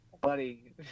buddy